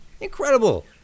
incredible